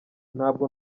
ntabwo